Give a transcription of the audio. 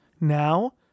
Now